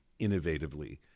innovatively